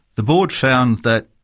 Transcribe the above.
the board found that,